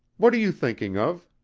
what are you thinking of?